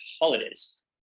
holidays